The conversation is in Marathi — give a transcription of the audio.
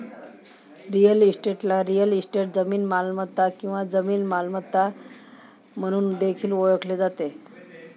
रिअल इस्टेटला रिअल इस्टेट, जमीन मालमत्ता किंवा जमीन मालमत्ता म्हणून देखील ओळखले जाते